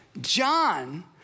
John